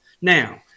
now